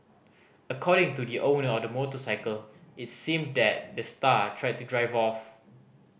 according to the owner of the motorcycle it seemed that the star tried to drive off